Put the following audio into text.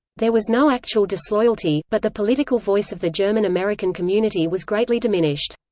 there was no actual disloyalty, but the political voice of the german-american community was greatly diminished.